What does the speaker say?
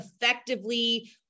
effectively